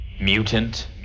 Mutant